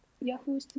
Yahoo